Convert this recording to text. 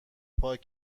پاک